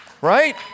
Right